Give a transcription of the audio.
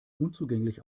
unzugänglich